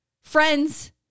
Friends